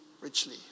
richly